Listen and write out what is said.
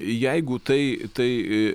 jeigu tai tai